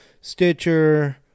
Stitcher